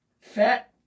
Fat